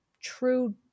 true